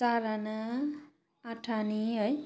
चार आना आठआनी है